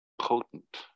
potent